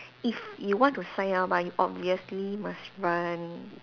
if you want to sign up but you obviously must run